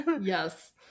yes